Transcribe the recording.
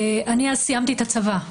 סיימתי אז את הצבא,